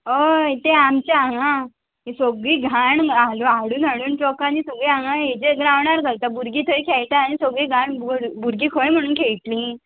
अय तें आमचे हांगा हीं सोगळीं घाण हाडून हाडून हाडून ट्रकांनी सगळीं हांगा हेजे ग्रावणार घालता भुरगीं थंय खेळटा आनी सगळीं घाण भुरगीं खंय म्हणून खेयटलीं